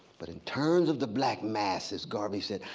but in terms of the black masses, garvey said,